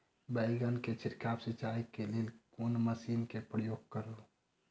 बैंगन केँ छिड़काव सिचाई केँ लेल केँ मशीन केँ प्रयोग करू?